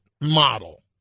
model